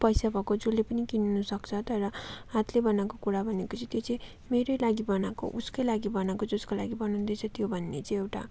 पैसा भएको जसले पनि किन्न सक्छ तर हातले बनाएको कुरा भनेको चाहिँ त्यो चाहिँ मेरै लागि बनाएको उसकै लागि बनाएको जसको लागि बनाउँदैछु त्यो भन्ने चाहिँ एउटा